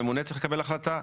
הממונה צריך לקבל החלטה,